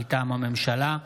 מטעם הממשלה,